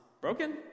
broken